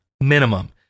minimum